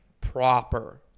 proper